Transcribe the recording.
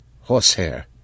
Horsehair